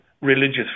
religious